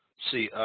see